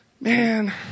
Man